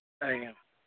ଆଜ୍ଞା